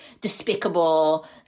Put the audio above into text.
despicable